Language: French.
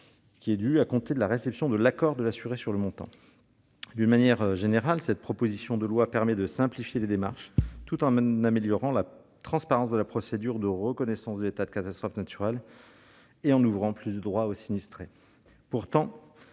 due à compter de la réception de l'accord de l'assuré sur le montant. D'une manière générale, cette proposition de loi permet de simplifier les démarches, tout en améliorant la transparence de la procédure de reconnaissance de l'état de catastrophe naturelle et en ouvrant plus de droits aux sinistrés.